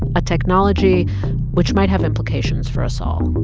a technology which might have implications for us all.